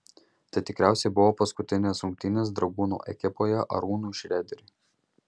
tai tikriausiai buvo paskutinės rungtynės dragūno ekipoje arūnui šrederiui